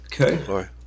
Okay